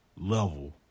level